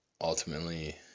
ultimately